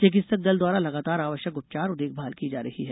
चिकित्सक दल द्वारा लगातार आवश्यक उपचार और देखभाल की जा रही है